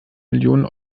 millionen